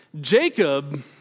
Jacob